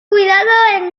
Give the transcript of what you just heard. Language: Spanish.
cuidado